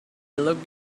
looked